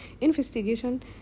Investigation